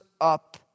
up